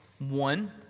One